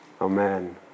Amen